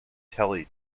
telly